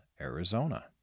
Arizona